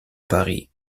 paris